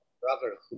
brotherhood